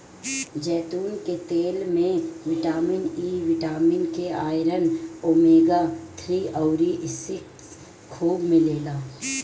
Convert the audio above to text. जैतून के तेल में vitamin E, vitamin K, iron, omega three अउरी सिक्स खूब मिलेला